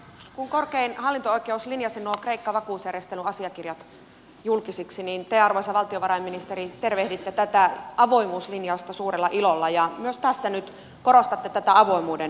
kun korkein hallinto oikeus linjasi nuo kreikka vakuusjärjestelyasiakirjat julkisiksi niin te arvoisa valtiovarainministeri tervehditte tätä avoimuuslinjausta suurella ilolla ja myös tässä nyt korostatte tätä avoimuuden merkitystä